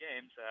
games